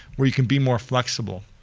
where you can be more flexible.